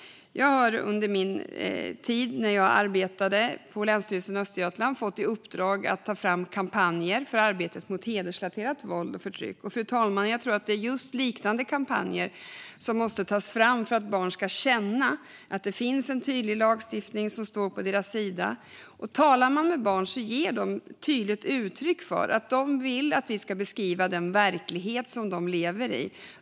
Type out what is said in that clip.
Under min tid på Länsstyrelsen Östergötland fick jag i uppdrag att ta fram kampanjer för arbetet mot hedersrelaterat våld och förtryck. Jag tror att liknande kampanjer måste tas fram för att barn ska känna att det finns en tydlig lagstiftning som står på deras sida. Talar man med barn ger de tydligt uttryck för att de vill att vi ska beskriva den verklighet de lever i.